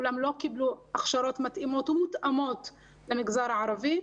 אולם לא קיבלו הכשרות מתאימות ומותאמות למגזר הערבי.